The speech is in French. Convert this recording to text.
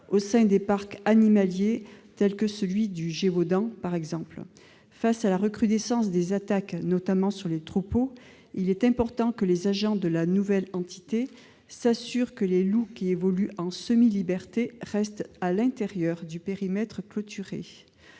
au sein des parcs animaliers, tel celui du Gévaudan. Devant la recrudescence des attaques, notamment contre les troupeaux, il importe que les agents de la nouvelle entité s'assurent que les loups qui évoluent en semi-liberté restent à l'intérieur du périmètre clôturé.